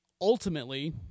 ultimately